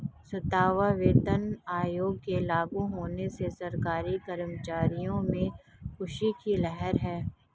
सातवां वेतन आयोग के लागू होने से सरकारी कर्मचारियों में ख़ुशी की लहर है